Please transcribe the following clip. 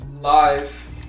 live